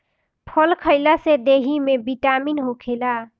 फल खइला से देहि में बिटामिन होखेला